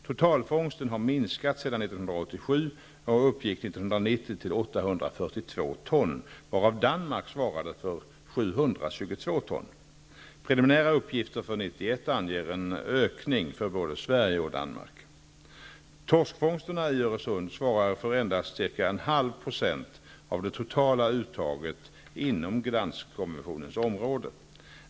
Totalfångsten har minskat sedan 1987 och uppgick 1990 till 842 ton, varav Danmark svarade för 722 ton. Preliminära uppgifter för 1991 anger en ökning för både Sverige och Danmark. Torskfångsterna i Öresund svarar för endast ca 0,5 % av det totala uttaget inom Gdanskkonventionens område.